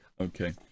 Okay